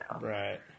Right